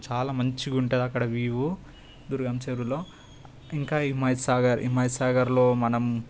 చాలా మంచిగుంటుంది అక్కడ వ్యూ దుర్గం చెరువులో ఇంకా హిమయత్ సాగర్ హిమయత్ సాగర్లో మనం